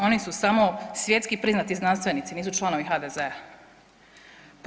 Oni su samo svjetski priznati znanstvenici, nisu članovi HDZ-a.